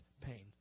pain